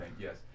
Yes